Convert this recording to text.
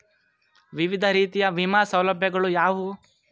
ವಿವಿಧ ರೀತಿಯ ವಿಮಾ ಸೌಲಭ್ಯಗಳು ಯಾವುವು?